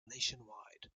nationwide